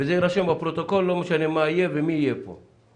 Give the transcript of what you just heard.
וזה יירשם בפרוטוקול ולא משנה מה יהיה ומי יהיה כאן